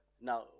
now